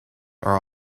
are